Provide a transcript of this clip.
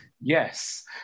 Yes